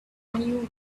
knew